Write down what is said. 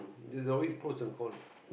there's always pros and cons